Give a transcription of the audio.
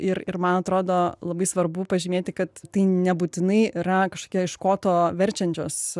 ir ir man atrodo labai svarbu pažymėti kad tai nebūtinai yra kažkokie iš koto verčiančios